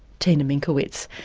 tina minkowitz.